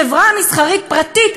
חברה מסחרית פרטית,